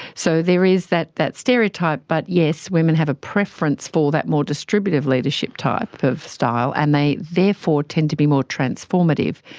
so there is that that stereotype but, yes, women have a preference for that more distributive leadership type of style and they therefore tend to be more transformative.